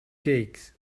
cakes